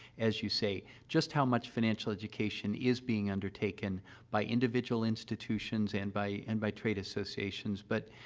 as you say, just how much financial education is being undertaken by individual institutions and by and by trade associations. but, ah,